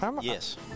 Yes